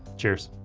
cheers.